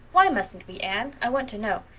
why mustent we, anne? i want to know.